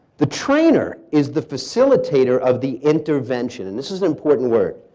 the trainer is the facilitator of the intervention. and this is an important word.